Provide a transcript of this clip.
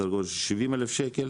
סדר גודל 70 אלף שקל